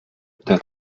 der